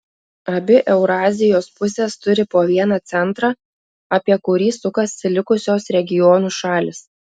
abi eurazijos pusės turi po vieną centrą apie kurį sukasi likusios regionų šalys